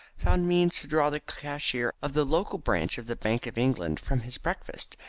found means to draw the cashier of the local branch of the bank of england from his breakfast,